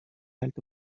alto